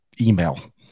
email